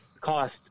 cost